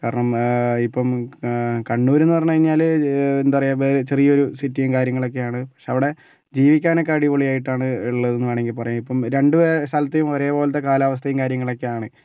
കാരണം ഇപ്പം കണ്ണൂരെന്ന് പറഞ്ഞ് കഴിഞ്ഞാൽ എന്താ പറയുക ചെറിയ സിറ്റിയും കാര്യങ്ങളൊക്കെയാണ് പക്ഷെ അവിടെ ജീവിക്കാൻ ഒക്കെ അടിപൊളിയായിട്ടാണ് ഉള്ളത് എന്ന് വേണമെങ്കിൽ പറയാം രണ്ടു സ്ഥലത്തെയും ഒരേ പോലത്തെ കാലാവസ്ഥയും കാര്യങ്ങളും ഒക്കെയാണ്